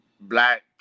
black